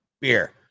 beer